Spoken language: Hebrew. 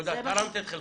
תודה, תרמת את חלקך.